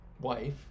wife